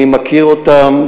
אני מכיר אותם,